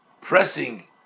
pressing